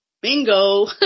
bingo